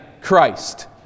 Christ